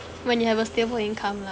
when you have a stable income lah